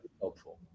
helpful